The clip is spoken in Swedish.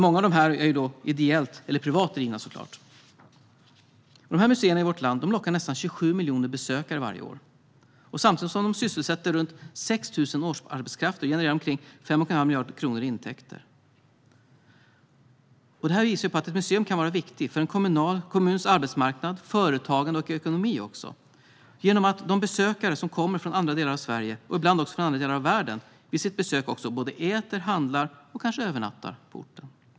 Många av dessa är såklart ideellt eller privat drivna. Museerna i vårt land lockar nästan 27 miljoner besökare varje år, samtidigt som de sysselsätter runt 6 000 årsarbetskrafter och genererar omkring 5 1⁄2 miljard kronor i intäkter. Det visar på att ett museum kan vara viktigt för en kommuns arbetsmarknad, företagande och ekonomi genom att de besökare som kommer från andra delar av Sverige, och ibland också från andra delar av världen, vid sitt besök också både äter, handlar och kanske övernattar på orten.